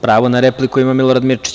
Pravo na repliku ima Milorad Mirčić.